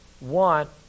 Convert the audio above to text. want